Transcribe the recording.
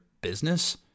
business